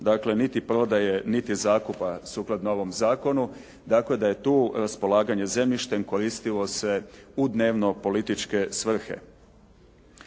dakle niti prodaje niti zakupa sukladno ovom zakonu tako da je tu raspolaganje zemljištem koristilo se u dnevno političke svrhe.